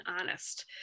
honest